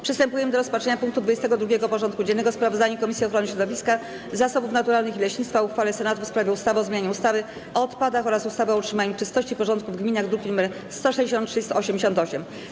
Przystępujemy do rozpatrzenia punktu 22. porządku dziennego: Sprawozdanie Komisji Ochrony Środowiska, Zasobów Naturalnych i Leśnictwa o uchwale Senatu w sprawie ustawy o zmianie ustawy o odpadach oraz ustawy o utrzymaniu czystości i porządku w gminach (druki nr 163 i 188)